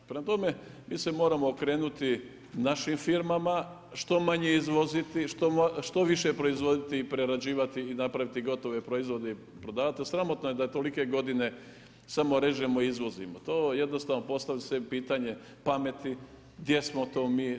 Prema tome, mi se moramo okrenuti našim firmama, što manje izvoziti, što više proizvoditi i prerađivati i napraviti gotovo proizvode i prodavati jer sramotno je da tolike godine samo režemo i izvozimo, to jednostavno postavlja se pitanje pameti, gdje smo to mi.